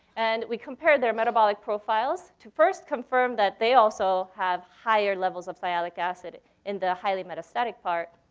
and we compared their metabolic profiles to first confirm that they also have higher levels of sialic acid in the highly metastatic part.